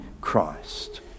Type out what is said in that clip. Christ